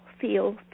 feel